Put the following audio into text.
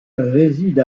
réside